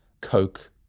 Coke